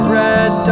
red